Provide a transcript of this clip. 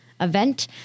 event